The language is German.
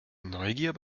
neugier